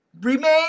Remain